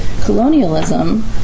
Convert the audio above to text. colonialism